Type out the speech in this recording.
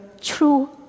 true